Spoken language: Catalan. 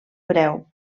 breu